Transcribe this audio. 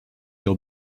your